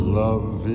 love